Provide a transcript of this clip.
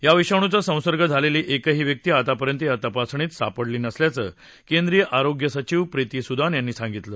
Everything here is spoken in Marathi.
या विषाणूचा संसर्ग झालेली एकही व्यक्ती आतापर्यंत या तपासणीत सापडली नसल्याचं केंद्रीय आरोग्य सचिव प्रीती सुदान यांनी सांगितलं